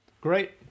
Great